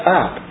up